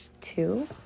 two